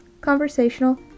conversational